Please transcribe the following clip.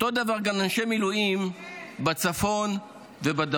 אותו דבר גם אנשי מילואים בצפון ובדרום.